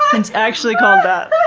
it's actually called that.